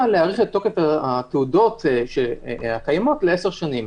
להאריך את תוקף התעודות הקיימות לעשר שנים,